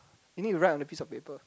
meaning you write on a piece of paper